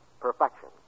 perfection